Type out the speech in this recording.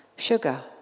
Sugar